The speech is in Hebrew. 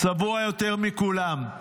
צבוע יותר מכולם.